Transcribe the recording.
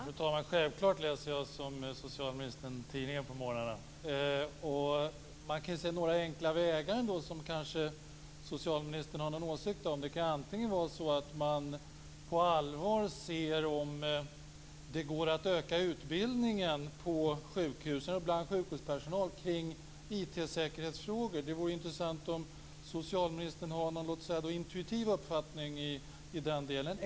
Fru talman! Självklart läser jag, som socialministern, tidningen på morgnarna. Jag kan ändå nämna några enkla vägar som socialministern kanske kan ha en åsikt om. Man kan på allvar undersöka om det går att öka utbildningen bland sjukhuspersonal på sjukhusen kring IT säkerhetsfrågor. Det vore intressant att höra om socialministern har någon låt oss säga intuitiv uppfattning i den delen.